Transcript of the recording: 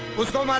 let's go,